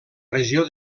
regió